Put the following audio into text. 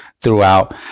throughout